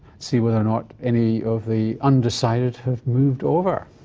see whether or not any of the undecided have moved over.